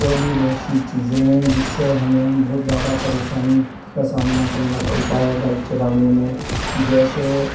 اور بھی بہت سی چیزیں ہیں جس سے ہمیں بہت زیادہ پریشانی کا سامنا کرنا پڑتا ہے بائک چلانے میں جیسے